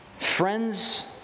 Friends